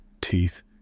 teeth